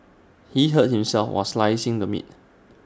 he hurt himself while slicing the meat